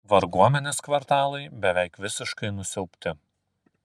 varguomenės kvartalai beveik visiškai nusiaubti